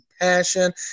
passion